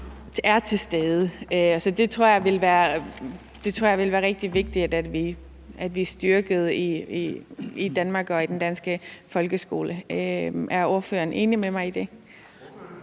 er til stede. Så det tror jeg vil være rigtig vigtigt at vi styrkede i Danmark og i den danske folkeskole. Er ordføreren enig med mig i det?